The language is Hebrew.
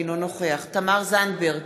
אינו נוכח תמר זנדברג,